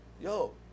Yo